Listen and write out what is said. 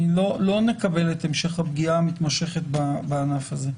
לא נקבל את המשך הפגיעה המתמשכת בענף הזה.